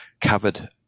covered